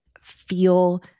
feel